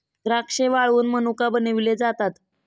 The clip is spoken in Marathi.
द्राक्षे वाळवुन मनुका बनविले जातात